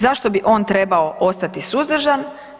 Zašto bi on trebao ostati suzdržan?